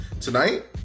Tonight